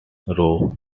row